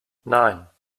nein